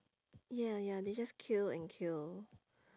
ya ya they just kill and kill